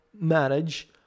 manage